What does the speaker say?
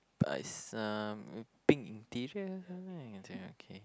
buy some pink interior okay